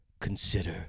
consider